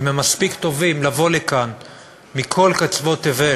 אם הם מספיק טובים לבוא לכאן מכל קצוות תבל